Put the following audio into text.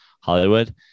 Hollywood